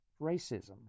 racism